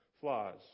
flaws